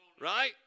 Right